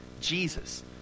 Jesus